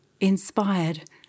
inspired